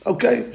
Okay